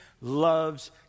loves